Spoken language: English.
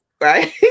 right